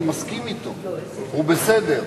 אני מסכים אתו, הוא בסדר.